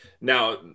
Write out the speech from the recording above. Now